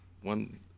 one